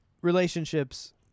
relationships